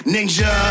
Ninja